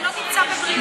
זה לא נמצא בבריאות,